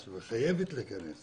נכנסת והיא חייבת להיכנס